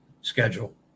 schedule